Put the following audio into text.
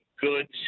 goods